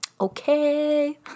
Okay